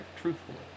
truthfully